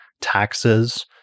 taxes